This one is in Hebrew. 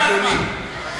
אדוני.